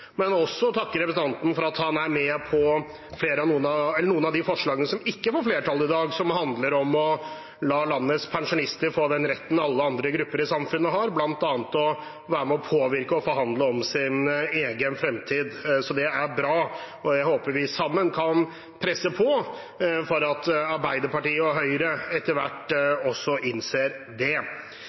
Men jeg vil også takke representanten for at han er med på noen av de forslagene som ikke får flertall i dag, og som handler om å la landets pensjonister få den retten alle andre grupper i samfunnet har bl.a. til å være med og påvirke og forhandle om sin egen fremtid. Det er bra. Jeg håper vi sammen kan presse på for at Arbeiderpartiet og Høyre etter hvert også innser det.